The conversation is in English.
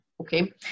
okay